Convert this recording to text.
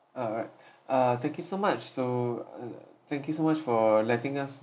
alright uh thank you so much so err thank you so much for letting us